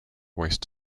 waste